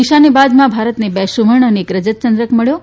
નિશાનેબાજમાં ભારતને બે સુવર્ણ ચંદ્રક અને એક રજત ચંદ્રક મળ્યો છે